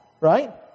Right